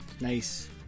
Nice